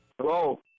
Hello